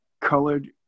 colored